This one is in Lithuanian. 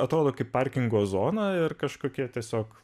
atrodo kaip parkingo zona ir kažkokie tiesiog